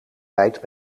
tijd